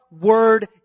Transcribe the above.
word